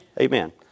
Amen